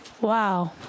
Wow